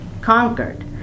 conquered